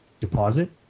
deposit